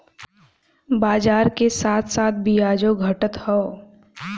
बाजार के साथ साथ बियाजो घटत हौ